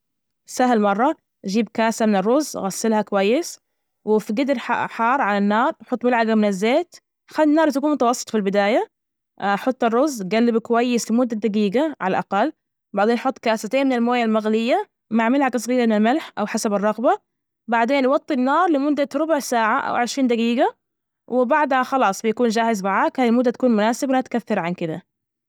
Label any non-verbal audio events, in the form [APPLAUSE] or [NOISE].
سهل مرة جيب كاسة من الرز، غسلها كويس وفجدر حار على النار. حط ملعجة من الزيت، خلي النار تكون متوسط، في البداية، [HESITATION] حط الرز جلب كويس لمدة دجيجة على الأقل، بعدين حط كاستين من المويه المغلية مع ملعجة صغيرة من الملح أو حسب الرغبة، بعدين وطي النار لمدة ربع ساعة أو عشرين دجيجة، وبعدها خلاص بيكون جاهز معاك، هاي المدة تكون مناسبة ولا تكثر عن كده.